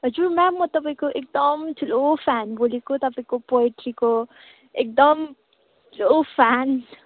हजुर म्याम म तपाईँको एकदम ठुलो फ्यान बोलेको तपाईँको पोएट्रीको एकदम ठुलो फ्यान